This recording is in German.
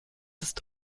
ist